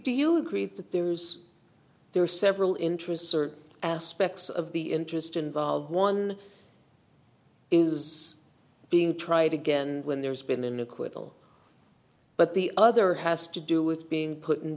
do you agree that there there are several interests or aspects of the interest involved one is being tried again when there's been an acquittal but the other has to do with being put in